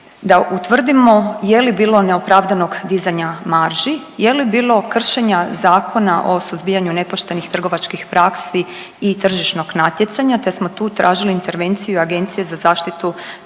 da utvrdimo je li bilo neopravdanog dizanja marži, je li bilo kršenja Zakona o suzbijanju nepoštenih trgovačkih praksi i tržišnog natjecanja te smo tu tražili intervenciju Agencije za zaštitu tržišnog